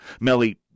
Melly